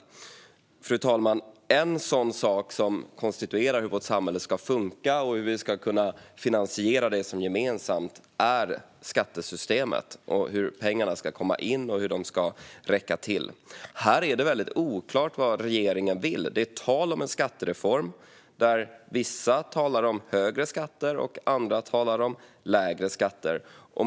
Fru talman! En sådan sak, som konstituerar hur vårt samhälle ska funka och hur vi ska kunna finansiera det som är gemensamt, är skattesystemet och hur pengarna ska komma in och räcka till. Här är det väldigt oklart vad regeringen vill. Det är tal om en skattereform, där vissa talar om högre skatter och andra talar om lägre skatter.